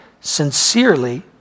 sincerely